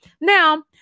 Now